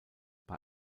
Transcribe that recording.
bei